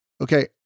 Okay